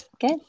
Good